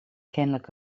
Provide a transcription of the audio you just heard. kennelijk